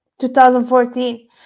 2014